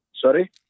Sorry